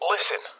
Listen